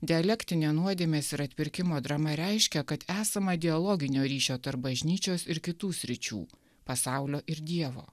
dialektinė nuodėmės ir atpirkimo drama reiškia kad esama dialoginio ryšio tarp bažnyčios ir kitų sričių pasaulio ir dievo